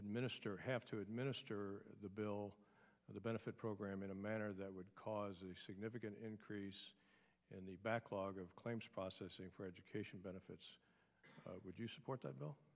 administer have to administer the bill for the benefit program in a manner that would cause a significant increase in the backlog of claims processing for education benefits would you support that bill